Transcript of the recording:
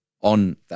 on